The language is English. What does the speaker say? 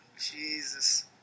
Jesus